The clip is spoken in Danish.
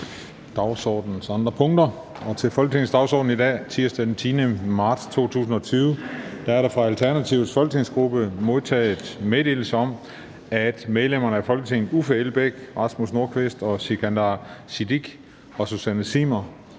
(Christian Juhl): Til Folketingets dagsorden i dag, tirsdag den 10. marts 2020, er der fra Alternativets folketingsgruppe modtaget meddelelse om, at medlemmerne af Folketinget Uffe Elbæk, Rasmus Nordqvist, Sikandar Siddique og Susanne Zimmer